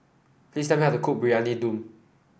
please tell me how to cook Briyani Dum